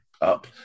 up